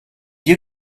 you